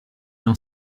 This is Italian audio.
non